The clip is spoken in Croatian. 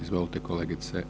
Izvolite kolegice